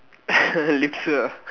laxer ah